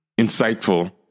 insightful